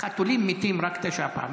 חתולים מתים רק תשע פעמים,